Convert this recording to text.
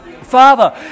father